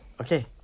Okay